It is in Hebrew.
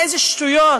איזה שטויות.